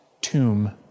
tomb